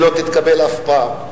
היא לא תתקבל אף פעם.